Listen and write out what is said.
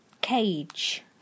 Cage